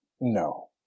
No